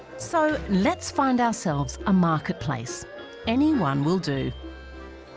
so let's find ourselves a marketplace anyone will do